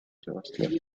sebastián